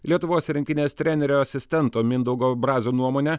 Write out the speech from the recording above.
lietuvos rinktinės trenerio asistento mindaugo brazio nuomone